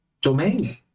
domain